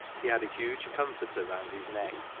he had a huge comforter round his neck,